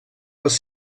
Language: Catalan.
les